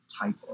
type